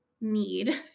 need